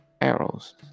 arrows